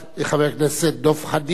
חבר הכנסת דב חנין.